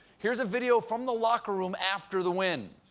here's a video from the locker room after the win.